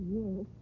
yes